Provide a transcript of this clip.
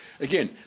Again